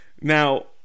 now